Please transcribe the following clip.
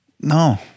No